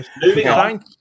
Thank